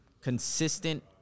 consistent